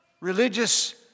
religious